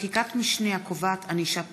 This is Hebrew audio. (חקיקת משנה הקובעת ענישה פלילית).